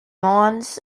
lawns